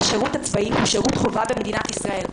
השירות הצבאי הוא שירות חובה במדינת ישראל.